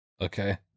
Okay